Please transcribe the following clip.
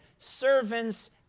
servant's